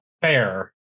Fair